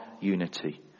unity